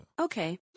okay